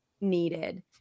needed